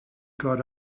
got